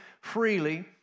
freely